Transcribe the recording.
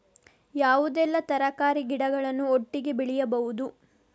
ಯಾವುದೆಲ್ಲ ತರಕಾರಿ ಗಿಡಗಳನ್ನು ಒಟ್ಟಿಗೆ ಬೆಳಿಬಹುದು?